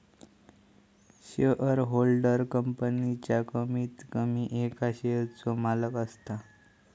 shareholder कंपनीच्या कमीत कमी एका शेयरचो मालक असता